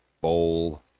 bowl